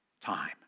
time